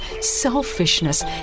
selfishness